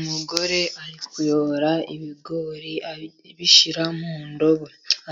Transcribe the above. Umugore ari kuyobora ibigori abishyira mu ndobo